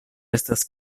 estas